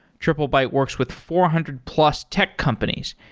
triplebyte works with four hundred plus tech companies,